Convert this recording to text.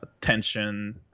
tension